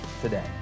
today